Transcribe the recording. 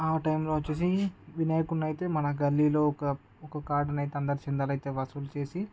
ఆ టైంలో వచ్చేసి వినాయకుని అయితే మన గల్లీలో ఒక ఒక కార్డునైతే అందరూ చందాలు అయితే వసూలు చేసి